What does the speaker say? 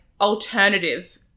alternative